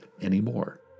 anymore